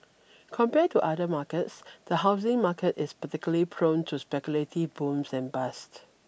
compared to other markets the housing market is particularly prone to speculative booms and bust